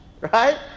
right